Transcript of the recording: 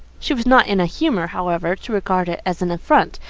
she was not in a humour, however, to regard it as an affront,